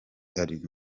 arindwi